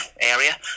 area